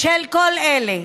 בשל כל אלה,